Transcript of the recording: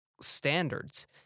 standards